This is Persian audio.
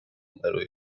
برای